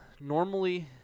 Normally